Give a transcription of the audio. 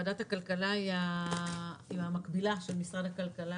ועדת הכלכלה היא המקבילה של משרד הכלכלה,